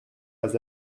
pas